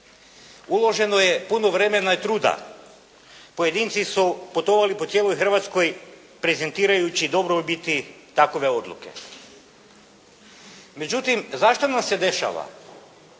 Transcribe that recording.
Uloženo je puno vremena i truda, pojedinci su putovali po cijeloj Hrvatskoj prezentirajući dobrobiti takove odluke. Međutim, zašto nam se dešava